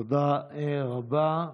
תודה רבה.